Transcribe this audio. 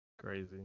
crazy